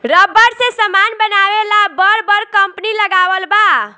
rubber से समान बनावे ला बर बर कंपनी लगावल बा